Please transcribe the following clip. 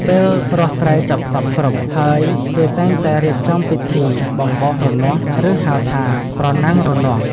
ពេលរាស់ស្រែចប់សព្វគ្រប់ហើយគេតែងរៀបចំពិធី បំបោសរនាស់ ឬហៅថា ប្រណាំងរនាស់។